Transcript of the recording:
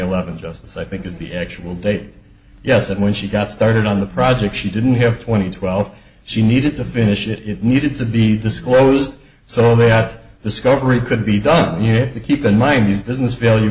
eleven justice i think is the actual date yes and when she got started on the project she didn't have twenty twelve she needed to finish it it needed to be disclosed so all that the scullery could be done you have to keep in mind these business valu